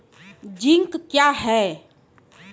Zinc क्या हैं?